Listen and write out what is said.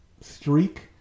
streak